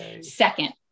Second